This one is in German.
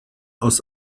aus